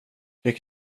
fick